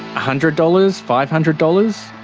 ah hundred dollars? five hundred dollars?